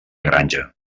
granja